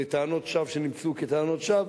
בטענות שווא שנמצאו כטענות שווא.